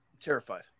Terrified